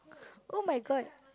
!oh-my-God!